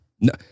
No